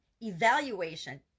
evaluation